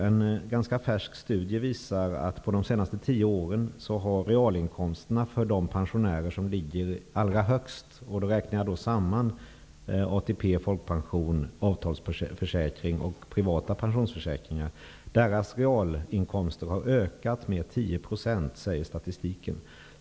En ganska färsk studie visar att under de senaste tio åren har realinkomsterna för de pensionärer som ligger allra högst -- om man räknar samman ATP, folkpension, avtalsförsäkring och privata pensionsförsäkringar -- ökat med 10 %, enligt statistiken.